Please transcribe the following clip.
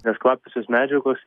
nes kvapiosios medžiagos